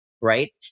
right